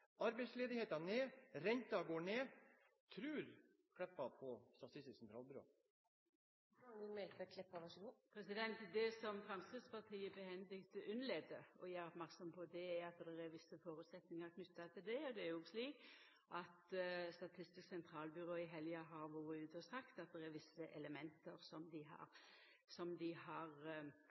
inflasjonen ned 1,2 pst., arbeidsledigheten ned, renten ned. Tror Meltveit Kleppa på Statistisk sentralbyrå? Det som Framstegspartiet klokt unnlèt å gjera oppmerksam på, er at det er visse føresetnader knytte til det. Det er òg slik at Statistisk sentralbyrå i helga har vore ute og sagt at det er visse element som dei har